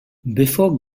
before